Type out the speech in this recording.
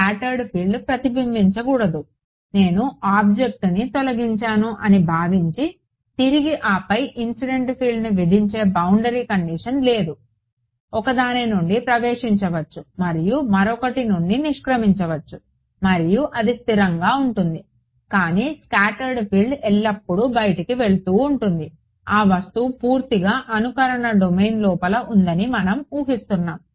scattered field ప్రతిబింబించకూడదు నేను ఆబ్జెక్ట్ను తొలగించాను అని భావించి తిరిగి ఆపై ఇన్సిడెంట్ ఫీల్డ్ను విధించే బౌండరీ కండిషన్ లేదు ఒకదాని నుండి ప్రవేశించవచ్చు మరియు మరొకటి నుండి నిష్క్రమించవచ్చు మరియు అది స్థిరంగా ఉంటుంది కానీ స్కాటర్డ్ ఫీల్డ్ ఎల్లప్పుడూ బయటకు వెళ్తూ ఉంటుంది ఆ వస్తువు పూర్తిగా అనుకరణ డొమైన్ లోపల ఉందని మనం ఊహిస్తున్నాము